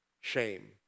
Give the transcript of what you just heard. shame